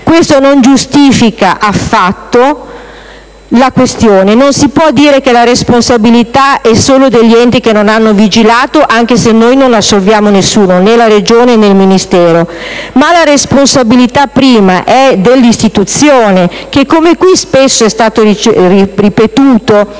questo non giustifica affatto la questione. Non si può dire che la responsabilità è solo degli enti che non hanno vigilato, anche se noi non assolviamo nessuno, né la Regione né il Ministero. Ma la responsabilità prima è dell'istituzione che, come qui spesso è stato ripetuto,